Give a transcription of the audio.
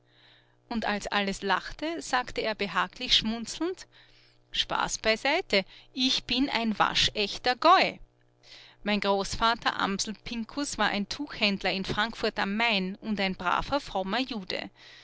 und als alles lachte sagte er behaglich schmunzelnd spaß beiseite ich bin ein waschechter goi mein großvater amsel pinkus war ein tuchhändler in frankfurt am main und ein braver frommer jude